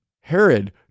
Herod